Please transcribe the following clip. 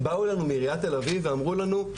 באו אלינו מעיריית ת"א ואמרו לנו,